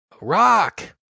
Rock